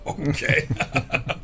Okay